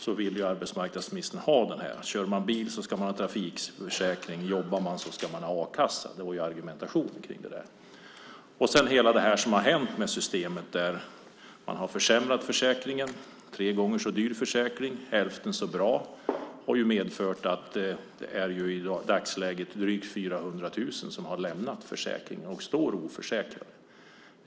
Det var därför som arbetsmarknadsministern ville ha en obligatorisk a-kassa. Kör man bil ska man ha trafikförsäkring. Jobbar man ska man ha a-kassa. Det har hänt saker med systemet. Man har försämrat försäkringen. Det är en tre gånger så dyr försäkring som är hälften så bra. Det har medfört att det i dagsläget är drygt 400 000 som har lämnat försäkringen och står oförsäkrade.